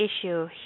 issue